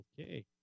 Okay